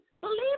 Believe